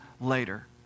later